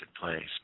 place